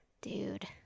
dude